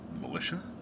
militia